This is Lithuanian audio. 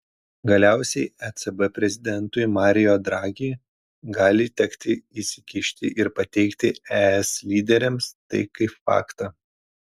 galiausiai ecb prezidentui mario draghi gali tekti įsikišti ir pateikti es lyderiams tai kaip faktą